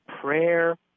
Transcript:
prayer